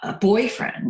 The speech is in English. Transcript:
boyfriend